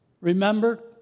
remember